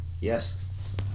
yes